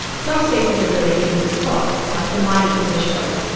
some species are really easy to spot, like the mighty english oak,